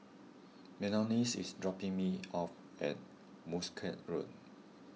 Melony is dropping me off at Muscat Road